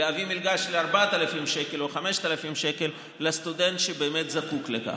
להביא מלגה של 4,000 שקל או 5,000 שקל לסטודנט שבאמת זקוק לכך.